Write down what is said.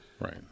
Right